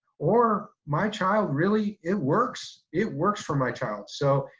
or, my child really, it works, it works for my child. so,